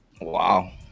Wow